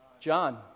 John